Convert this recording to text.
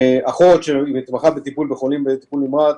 אחות, שמתמחה בטיפול בחולים בטיפול נמרץ,